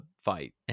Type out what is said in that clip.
fight